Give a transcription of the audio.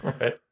Right